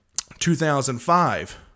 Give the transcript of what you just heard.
2005